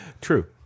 True